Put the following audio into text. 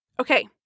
Okay